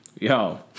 Yo